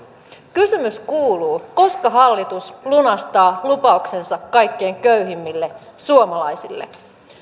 kysymys kuuluu koska hallitus lunastaa lupauksensa kaikkein köyhimmille suomalaisille